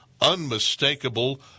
unmistakable